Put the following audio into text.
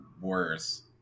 worse